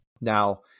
Now